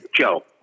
Joe